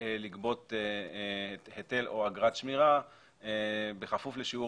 גביית היטל או אגרת שמירה כפוף לשיעור